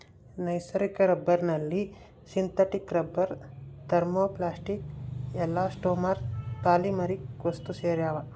ನೈಸರ್ಗಿಕ ರಬ್ಬರ್ನಲ್ಲಿ synthetic rubber thermoplastic elastomer polymeric ವಸ್ತುಸೇರ್ಯಾವ